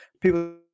People